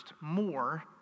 more